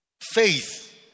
Faith